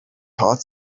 heart